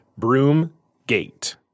Broomgate